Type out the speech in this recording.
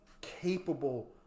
capable